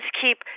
keep